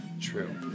True